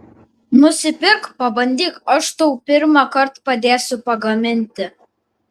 nusipirk pabandyk aš tau pirmąkart padėsiu pagaminti